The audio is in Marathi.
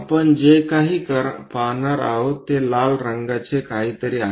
आपण जे काही पाहणार आहोत ते लाल रंगाचे काहीतरी आहे